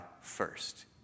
first